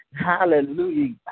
hallelujah